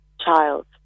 child